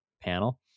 panel